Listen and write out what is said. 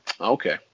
Okay